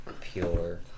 pure